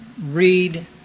read